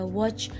watch